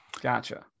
Gotcha